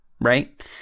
right